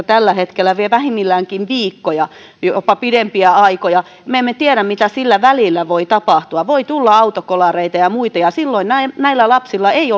tällä hetkellä vievät vähimmilläänkin viikkoja jopa pidempiä aikoja me emme tiedä mitä sillä välillä voi tapahtua ei ole tilastoja voi tulla autokolareita ja muita ja silloin näillä näillä lapsilla ei